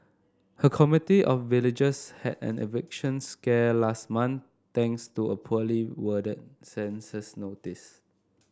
her community of villagers had an eviction scare last month thanks to a poorly worded census notice